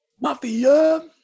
Mafia